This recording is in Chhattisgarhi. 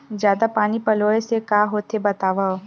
जादा पानी पलोय से का होथे बतावव?